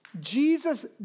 Jesus